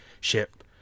ship